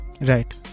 Right